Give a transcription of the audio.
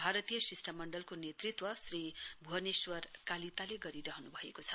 भारतीय शिष्टमण्डलको नेतृत्व श्री भूवनेश्वर कालिताले गरिरहनु भएको छ